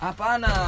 Apana